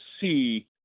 see